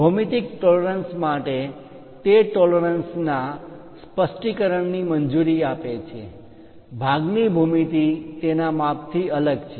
ભૌમિતિક ટોલરન્સ પરિમાણ માં માન્ય તફાવત માટે તે ટોલરન્સ પરિમાણ માં માન્ય તફાવતના સ્પષ્ટીકરણ ની મંજૂરી આપે છે ભાગની ભૂમિતિ તેના માપ થી અલગ છે